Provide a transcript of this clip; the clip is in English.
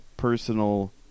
Personal